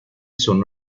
son